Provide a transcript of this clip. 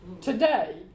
today